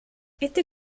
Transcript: este